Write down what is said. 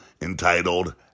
entitled